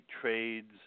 trades